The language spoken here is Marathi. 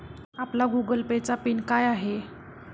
आपला गूगल पे चा पिन काय आहे?